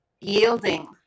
yielding